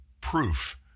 proof